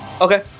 Okay